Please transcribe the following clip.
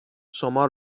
شما